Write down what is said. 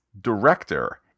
director